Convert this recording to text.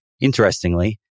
interestingly